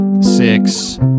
six